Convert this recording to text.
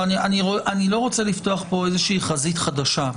אני לא רוצה לפתוח כאן איזושהי חזית חדשה.